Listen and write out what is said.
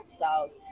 lifestyles